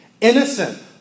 innocent